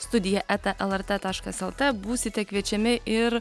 studija eta lrt taškas lt būsite kviečiami ir